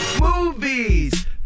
Movies